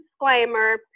disclaimer